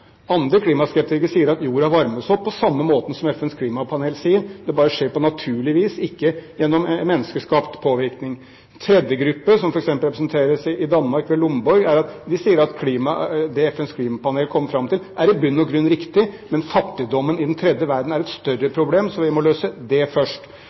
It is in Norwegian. Andre klimaskeptikere sier at jorda varmes opp, på samme måte som FNs klimapanel sier, men at det bare skjer på naturlig vis, ikke gjennom menneskeskapt påvirkning. En tredje gruppe, som f.eks. representeres i Danmark ved Lomborg, sier at det FNs klimapanel er kommet fram til, i bunn og grunn er riktig, men fattigdommen i den tredje verden er et større problem, så vi må løse det først.